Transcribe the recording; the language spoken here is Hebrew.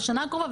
בשנה הקרובה,